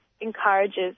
encourages